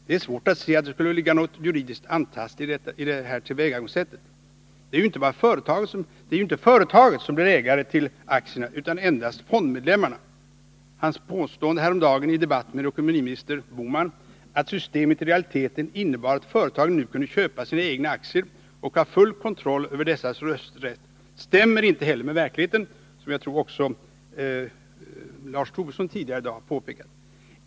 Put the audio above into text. Det är svårt att se att det skulle ligga något juridiskt antastligt i detta tillvägagångssätt. Det är ju inte företaget som blir ägare till aktierna utan endast fondmedlemmarna. Hans påstående häromdagen i debatt med ekonomiministern, att systemet i realiteten innebar att företagen nu kunde köpa sina egna aktier och ha full kontroll över dessas rösträtt, stämmer inte heller med verkligheten, vilket jag tror att Lars Tobisson påpekat tidigare i dag.